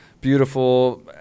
beautiful